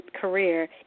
career